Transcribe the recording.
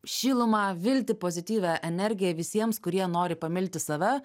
šilumą viltį pozityvią energiją visiems kurie nori pamilti save